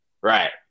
Right